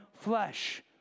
flesh